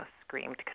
screamed